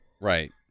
right